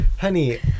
Honey